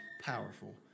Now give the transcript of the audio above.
powerful